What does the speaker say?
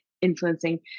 influencing